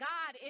God